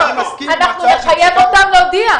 נחייב אותם להודיע.